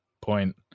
point